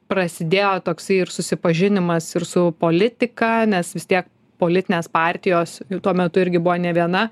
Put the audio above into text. prasidėjo toksai ir susipažinimas ir su politika nes vis tiek politinės partijos tuo metu irgi buvo ne viena